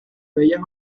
bellas